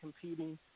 competing